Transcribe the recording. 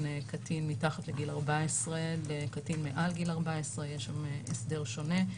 קטין מתחת לגיל 14 לקטין מעל גיל 14. יש שם הסדר שונה.